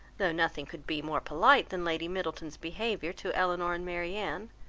though nothing could be more polite than lady middleton's behaviour to elinor and marianne,